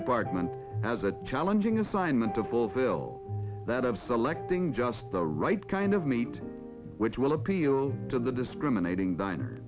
department has a challenging assignment to fulfill that of selecting just the right kind of meat which will appeal to the discriminating diner